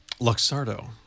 Luxardo